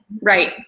Right